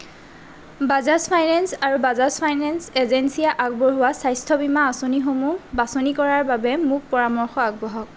Bajaj finance আৰু Bajaj finance এজেঞ্চিয়ে আগবঢ়োৱা স্বাস্থ্য বীমা আঁচনিসমূহ বাছনি কৰাৰ বাবে মোক পৰামৰ্শ আগবঢ়াওক